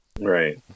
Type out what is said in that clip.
right